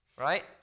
right